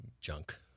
junk